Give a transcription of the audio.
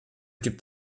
gibt